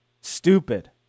stupid